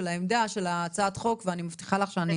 של העמדה של הצעת החוק ואני מבטיחה לך שאני